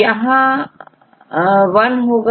और यहां वन होगा